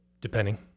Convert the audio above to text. Depending